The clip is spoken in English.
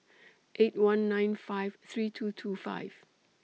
eight one nine five three two two five